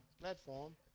platform